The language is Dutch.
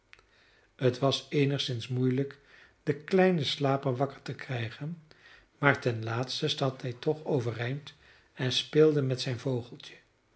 het was eenigszins moeielijk den kleinen slaper wakker te krijgen maar ten laatste zat hij toch overeind en speelde met zijn vogeltje